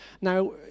Now